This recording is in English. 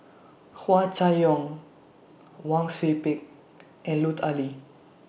Hua Chai Yong Wang Sui Pick and Lut Ali